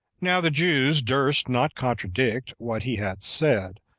now the jews durst not contradict what he had said,